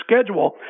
schedule